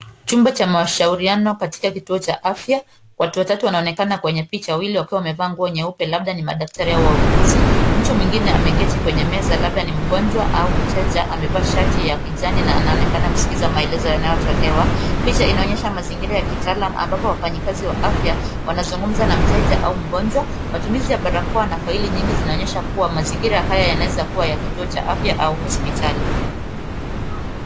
Chumba cha mashuriano katika kituo cha afya, watu watatu wanaonekana kwenye picha wawili wakiwa wamevaa nguo nyeupe labda ni madaktari au wauguzi. Mtu mwingine ameketi kwenye meza labda ni mgonjwa au mteja amevaa shati ya kijani na anaonekana kusikiliza maelezo yanayotolewa. Picha inaonyesha mazingira ya kitaalam ambapo wafanyikazi wa afya wanazungumza na mteja au mgonjwa. Matumizi ya barakoa na faili nyingi zinaonyesha kuwa mazingira haya yanawezakua ya kituo cha afya au hospitali.